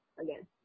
again